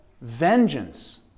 vengeance